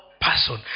person